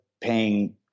paying